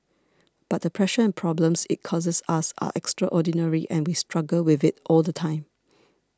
but the pressure and problems it causes us are extraordinary and we struggle with it all the time